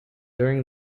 during